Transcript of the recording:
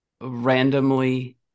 randomly